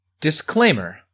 disclaimer